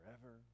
forever